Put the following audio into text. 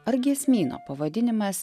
ar giesmyno pavadinimas